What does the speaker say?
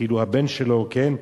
כאילו הבן שלו, כן?